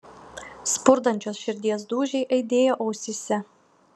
spurdančios širdies dūžiai aidėjo ausyse